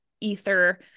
ether